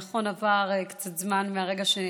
נכון, עבר קצת זמן מהרגע שנכנסת,